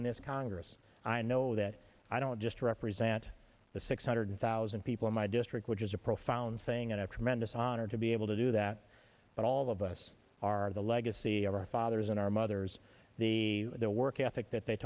in this congress i know that i don't just represent the six hundred thousand people in my district which is a profound thing after a man dishonored to be able to do that but all of us are the legacy of our fathers and our mothers the the work ethic that they